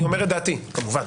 אני אומר את דעתי, כמובן.